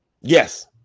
Yes